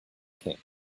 king